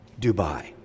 Dubai